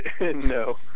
No